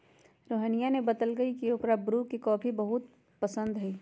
रोहिनीया ने बतल कई की ओकरा ब्रू के कॉफी बहुत पसंद हई